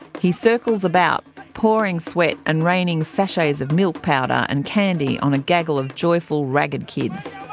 he circles about, pouring sweat and raining sachets of milk powder and candy on a gaggle of joyful ragged kids.